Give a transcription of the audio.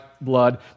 blood